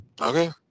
Okay